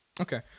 Okay